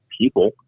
people